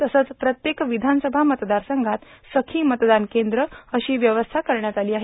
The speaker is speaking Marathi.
तसंच प्रत्येक विधानसभा मतदारसंघात सखी मतदान केंद्र अशी व्यवस्था करण्यात आली आहे